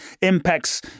impacts